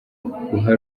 guha